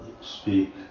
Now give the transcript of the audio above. speak